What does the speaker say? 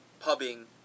pubbing